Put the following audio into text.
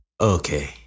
okay